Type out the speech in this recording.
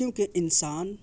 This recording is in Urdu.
کیونکہ انسان